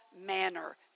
manner